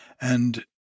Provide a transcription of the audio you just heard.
and